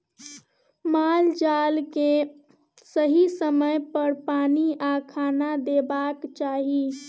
माल जाल केँ सही समय पर पानि आ खाना देबाक चाही